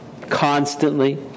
constantly